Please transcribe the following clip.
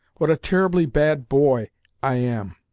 what a terribly bad boy i am!